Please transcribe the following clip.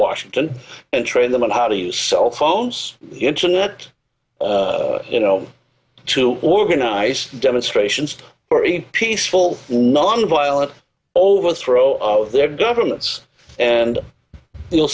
washington and train them on how to use cell phones internet you know to organize demonstrations or even peaceful nonviolent overthrow of their governments and you'll